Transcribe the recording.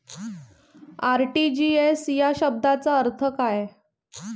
RTGS या शब्दाचा अर्थ काय?